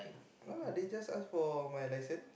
no lah they just ask for my licence